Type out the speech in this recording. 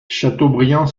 chateaubriand